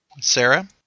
Sarah